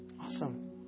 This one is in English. Awesome